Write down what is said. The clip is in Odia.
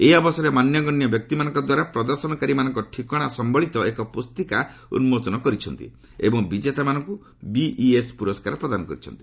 ଏହି ଅବସରରେ ମାନ୍ୟଗଣ୍ୟ ବ୍ୟକ୍ତିମାନଙ୍କ ଦ୍ୱାରା ପ୍ରଦର୍ଶନକାରୀମାନଙ୍କ ଠିକଣା ସମ୍ଭଳିତ ଏକ ପୁସ୍ତିକା ଉନ୍କୋଚନ କରିଛନ୍ତି ଏବଂ ବିଜେତାମାନଙ୍କୁ ବିଇଏସ୍ ପୁରସ୍କାର ପ୍ରଦାନ କରିଛନ୍ତି